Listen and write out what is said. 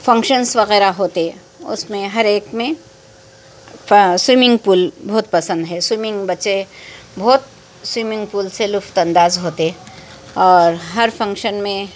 functions وغیرہ ہوتے اس میں ہر ایک میں سویمنگ پول بہت پسند ہے سویمنگ بچے بہت سویمنگ پول سے لطف انداز ہوتے اور ہر فنکشن میں